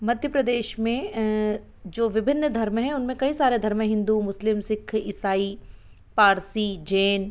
मध्य प्रदेश में जो विभिन्न धर्म हैं उनमें कई सारे धर्म है हिन्दू मुस्लिम सिख इसाई पारसी जैन